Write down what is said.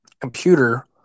computer